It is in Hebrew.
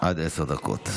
עד עשר דקות.